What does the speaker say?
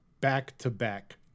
back-to-back